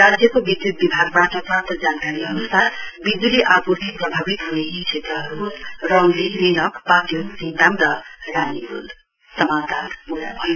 राज्यको विद्युत विभागबाट प्राप्त जानकारी अनुसार विजुली आपुर्ति प्रभावित हुने यी क्षेत्रहरू हुन् रङली रिनक पाक्योङ सिङताम र रानीपूल